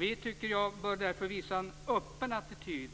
Vi bör därför, tycker jag, visa en öppen attityd